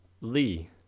Lee